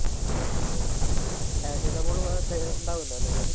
ആ പിന്നെ പാരസെറ്റമോൾ ഉണ്ടാകും അല്ലേ കയ്യിൽ